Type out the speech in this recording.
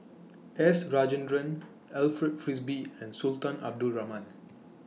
S Rajendran Alfred Frisby and Sultan Abdul Rahman